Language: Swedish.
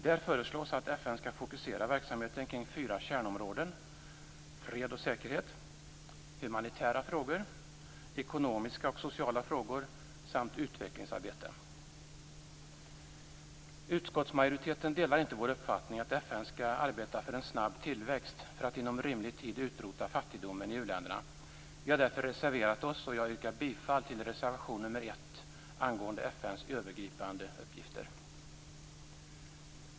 Där föreslås att FN skall fokusera verksamheten kring fyra kärnområden, nämligen fred och säkerhet, humanitära frågor, ekonomiska och sociala frågor samt utvecklingsarbete. Utskottsmajoriteten delar inte Moderaternas uppfattning att FN skall arbeta för en snabb tillväxt för att inom rimlig tid utrota fattigdomen i u-länderna. Vi har därför reserverat oss. Jag yrkar bifall till reservation nr 1 angående FN:s övergripande uppgifter.